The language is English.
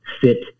fit